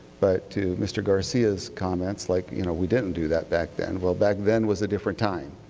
but to mr. garcia's comments, like you know we didn't do that back then. well, back then was a different time.